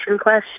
question